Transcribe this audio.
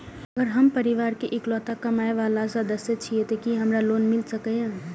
अगर हम परिवार के इकलौता कमाय वाला सदस्य छियै त की हमरा लोन मिल सकीए?